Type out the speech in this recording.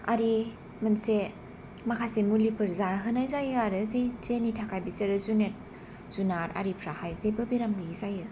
आरि मोनसे माखासे मुलिफोर जाहोनाय जायो आरो जे जेनि थाखाय बिसोरो जुनेद जुनार आरिफ्राहाय जेबो बेराम गैयै जायो